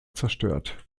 zerstört